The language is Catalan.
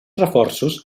reforços